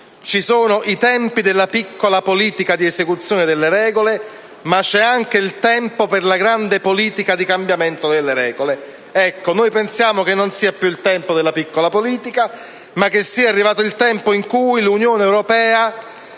«Ci sono i tempi della piccola politica di esecuzione delle regole, e c'è un tempo per la grande politica di cambiamento delle regole». Noi pensiamo che non sia più il tempo della piccola politica, ma che sia arrivato il tempo in cui l'Unione europea